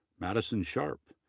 madison sharp,